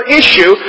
issue